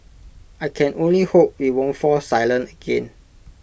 I can only hope we won't fall silent again